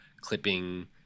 clipping